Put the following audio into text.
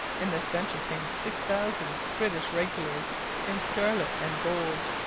in the centre came six thousand british regulars in scarlet and gold,